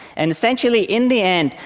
and essentially, in the end,